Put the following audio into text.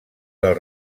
del